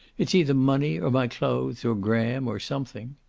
it's either money, or my clothes, or graham, or something.